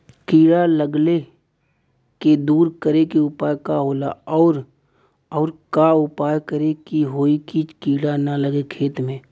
कीड़ा लगले के दूर करे के उपाय का होला और और का उपाय करें कि होयी की कीड़ा न लगे खेत मे?